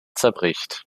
zerbricht